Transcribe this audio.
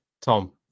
Tom